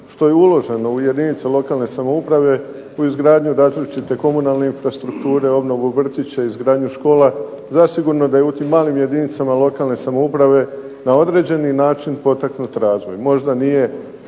što je uloženo u jedinice lokalne samouprave, u izgradnju različite komunalne infrastrukture, obnovu vrtića, izgradnju škola zasigurno da je u tim malim jedinicama lokalne samouprave na određeni način potaknut razvoj. Možda nije